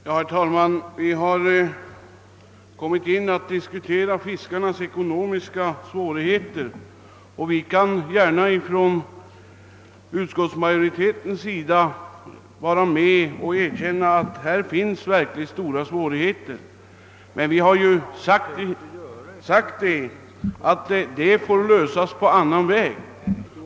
Herr talman! Vi har kommit in på en diskussion om fiskarnas ekonomiska svårigheter, och från utskottsmajoritetens sida kan vi gärna erkänna att här möter verkligt stora problem. Men vi har sagt att dessa frågor får lösas på annat sätt.